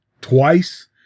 twice